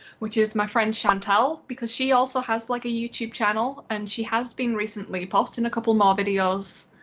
which is my friend chantal because she also has like a youtube channel and she has been recently posting a couple more videos.